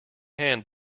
hand